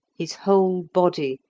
his whole body,